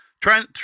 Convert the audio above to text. trying